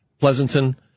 Pleasanton